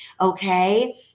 Okay